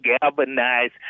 galvanize